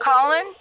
Colin